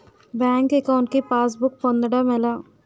Bank account కి passbook పొందడం ఎలా?